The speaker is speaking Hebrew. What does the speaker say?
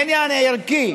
עניין ערכי,